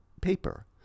paper